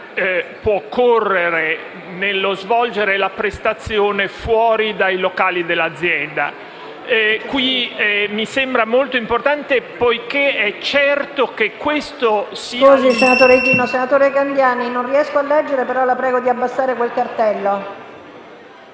può correre nello svolgere la prestazione fuori dai locali dell'azienda. In questo caso mi sembra molto importante, poiché è certo che questo...